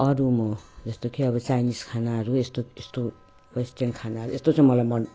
अरू म जस्तो कि अब चाइनिस खानाहरू यस्तो यस्तो वेस्टर्न खानाहरू यस्तो चाहिँ मलाई मन